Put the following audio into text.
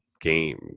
game